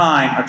Time